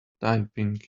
typing